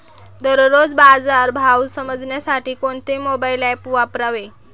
दररोजचे बाजार भाव समजण्यासाठी कोणते मोबाईल ॲप वापरावे?